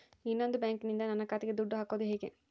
ಇನ್ನೊಂದು ಬ್ಯಾಂಕಿನಿಂದ ನನ್ನ ಖಾತೆಗೆ ದುಡ್ಡು ಹಾಕೋದು ಹೇಗೆ?